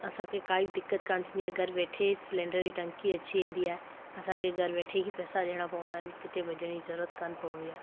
असांखे काई बि दिक़त कान थींदी आहे घरु वेठे सिलेंडर जी टंकी अची वेंदी आहे असांखे घरु वेठे ही पैसा ॾियणा पवंदा आहिनि किथे वञण जी ज़रूरत कान पवंदी आहे